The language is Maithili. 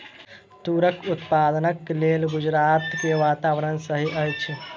तूरक उत्पादनक लेल गुजरात के वातावरण सही अछि